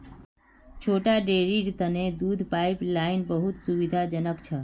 छोटा डेरीर तने दूध पाइपलाइन बहुत सुविधाजनक छ